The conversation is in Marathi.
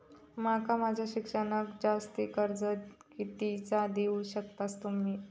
माका माझा शिक्षणाक जास्ती कर्ज कितीचा देऊ शकतास तुम्ही?